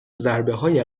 ضربههای